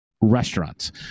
Restaurants